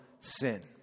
sin